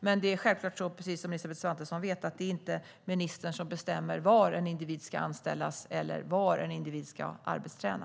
Men precis som Elisabeth Svantesson vet är det inte ministern som bestämmer var en individ ska anställas eller var en individ ska arbetsträna.